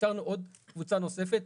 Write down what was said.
איתרנו עוד קבוצה נוספת,